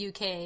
uk